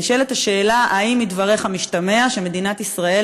נשאלת השאלה: האם מדבריך משתמע שמדינת ישראל